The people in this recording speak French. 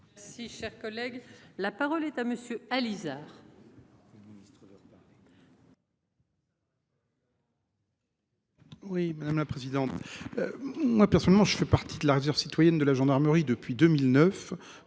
Si cher collègue, la parole est à monsieur Alizart. Les ministre. Oui madame la présidente. Moi personnellement je fais partie de la réserve citoyenne de la gendarmerie depuis 2009.